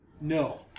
No